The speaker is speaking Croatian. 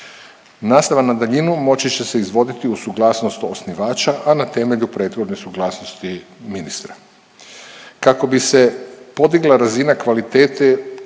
Nastava na daljinu moći će se izvoditi uz suglasnost osnivača, a na temelju pretvorbe suglasnosti ministra. Kako bi se podigla razina kvalitete